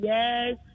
Yes